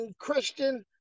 Christian